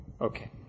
Okay